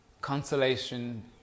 consolation